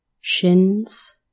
shins